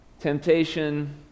Temptation